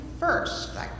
first